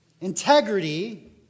Integrity